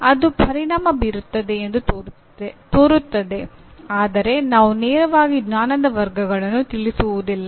ಅದು ಪರಿಣಾಮ ಬೀರುತ್ತಿದೆ ಎಂದು ತೋರುತ್ತದೆ ಆದರೆ ಅವು ನೇರವಾಗಿ ಜ್ಞಾನದ ವರ್ಗಗಳನ್ನು ತಿಳಿಸುವುದಿಲ್ಲ